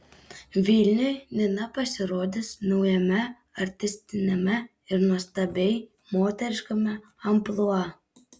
vilniui nina pasirodys naujame artistiniame ir nuostabiai moteriškame amplua